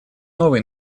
новые